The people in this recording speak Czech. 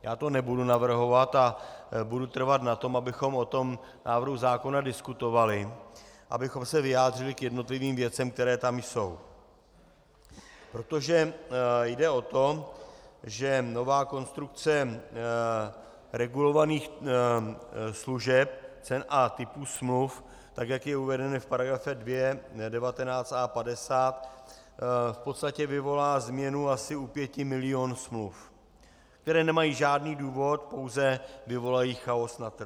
Já to nebudu navrhovat a budu trvat na tom, abychom o tom návrhu zákona diskutovali, abychom se vyjádřili k jednotlivým věcem, které tam jsou, protože jde o to, že nová konstrukce regulovaných služeb, cen a typů smluv, tak jak je uvedeno v § 2, 19a, 50, v podstatě vyvolá změnu asi u pěti milionů smluv, které nemají žádný důvod, pouze vyvolají chaos na trhu.